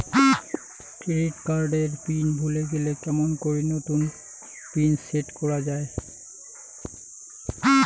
Credit card এর PIN ভুলে গেলে কেমন করি নতুন পিন সেট করা য়ায়?